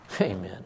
Amen